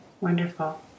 Wonderful